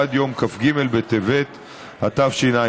עד יום כ"ג בטבת התשע"ט,